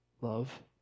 love